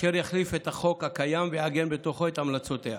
אשר יחליף את החוק הקיים ויעגן בתוכו את המלצותיה.